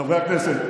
חברי הכנסת,